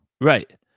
Right